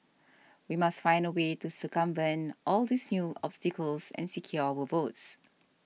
we must find a way to circumvent all these new obstacles and secure our votes